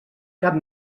cap